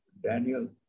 Daniel